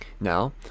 Now